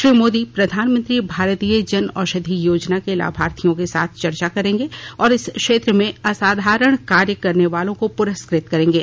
श्री मोदी प्रधानमंत्री भारतीय जन औषधि योजना के लाथार्थियों के साथ चर्चा करेंगे और इस क्षेत्र में असाधारण कार्य करने वालों को पुरस्कृत करेंगे